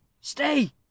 Stay